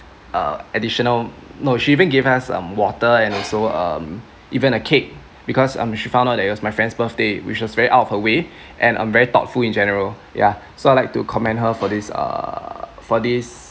uh additional no she even gave us um water and also um even a cake because um she found out that it was my friend's birthday which was very out of her way and um very thoughtful in general ya so I'd like to commend her for this uh for this